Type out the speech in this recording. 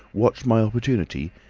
watch my opportunity,